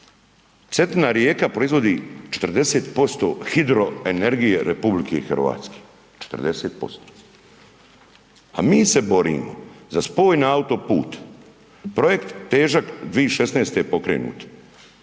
Cetina rijeka proizvodi 40% hidroenergije RH, 40%. A mi se borimo za spoj na autoput, projekt težak, 2016. pokrenut,